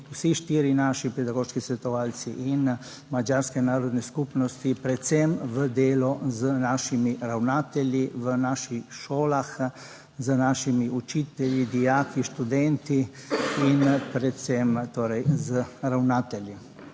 vsi štirje naši pedagoški svetovalci in madžarske narodne skupnosti, predvsem v delo z našimi ravnatelji v naših šolah, z našimi učitelji, dijaki, študenti in predvsem torej z ravnatelji.